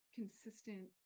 consistent